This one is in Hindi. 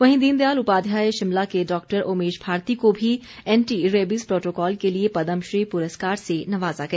वहीं दीन दयाल उपाध्याय शिमला के डॉक्टर ओमेश भारती को भी एंटी रेबीज प्रोटोकॉल के लिए पद्म श्री पुरस्कार से नवाजा गया